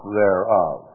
thereof